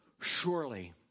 Surely